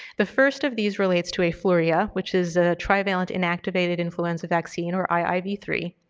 the first of these relates to afluria, which is a trivalent inactivated influenza vaccine or i i v three.